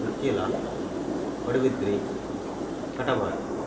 Uchila Padubidri Katapadi